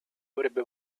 avrebbe